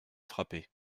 frappait